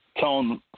tone